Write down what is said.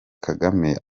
kagame